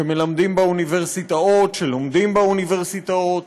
שמלמדים באוניברסיטאות, שלומדים באוניברסיטאות